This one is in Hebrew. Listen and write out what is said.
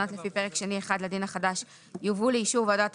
ראשונות לפי פרק שני1 לדין החדש יובאו לאישור ועדת